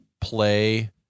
play